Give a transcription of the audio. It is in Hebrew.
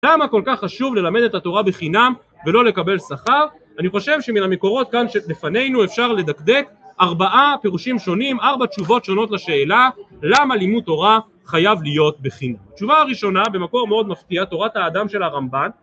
למה כל כך חשוב ללמד את התורה בחינם ולא לקבל שכר. אני חושב שמן המקורות כאן שלפנינו אפשר לדקדק ארבעה פירושים שונים, ארבע תשובות שונות לשאלה למה לימוד תורה חייב להיות בחינם. תשובה הראשונה במקור מאוד מפתיע תורת האדם של הרמב״ן